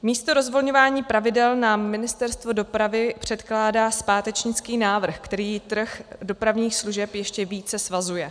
Místo rozvolňování pravidel nám Ministerstvo dopravy předkládá zpátečnický návrh, který trh dopravních služeb ještě více svazuje.